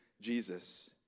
Jesus